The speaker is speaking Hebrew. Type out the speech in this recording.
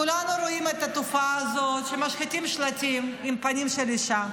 כולנו רואים את התופעה הזאת שמשחיתים שלטים עם פנים של אישה,